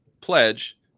pledge